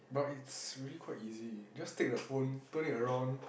but it's really quite easy just take the phone turn it around